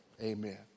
Amen